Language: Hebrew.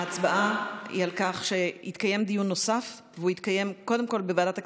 ההצבעה היא על כך שיתקיים דיון נוסף והוא יתקיים קודם כול בוועדת הכנסת,